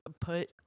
put